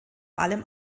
allem